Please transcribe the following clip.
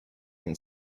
can